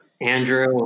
Andrew